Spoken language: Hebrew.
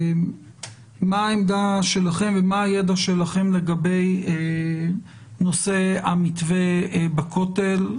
מה העמדה שלכם ומה הידע שלכם לגבי נושא המתווה בכותל,